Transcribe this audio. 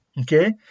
Okay